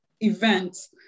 events